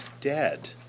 dead